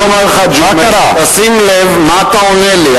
אני אומר לך, ג'ומס, תשים לב מה אתה עונה לי.